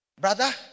Brother